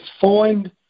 find